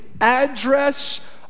address